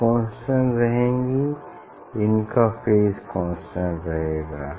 ये कांस्टेंट रहेंगी इनका फेज कांस्टेंट रहेगा